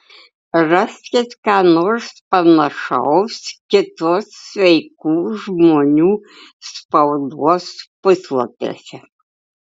raskit ką nors panašaus kitos sveikų žmonių spaudos puslapiuose